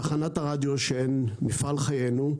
תחנות הרדיו שהן מפעל חיינו,